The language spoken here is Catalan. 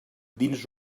dins